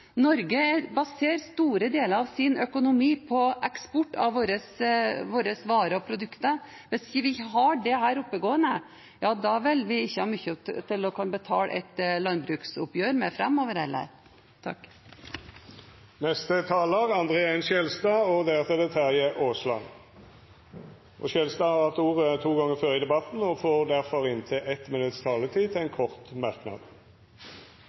Norge baserer store deler av sin økonomi på eksport av våre varer og produkter. Hvis ikke dette er oppe og går, vil vi ikke ha mye å betale et landbruksoppgjør med framover. Representanten André N. Skjelstad har hatt ordet to gonger tidlegare og får ordet til ein kort merknad,